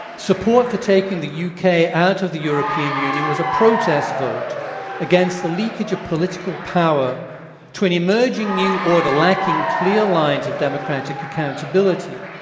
support for taking the u. k. out of the european union was a protest vote against the leakage of political power to an emerging new order lacking clear lines of democratic accountability.